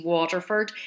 Waterford